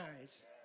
eyes